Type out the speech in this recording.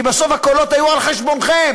כי בסוף הקולות היו על חשבונכם.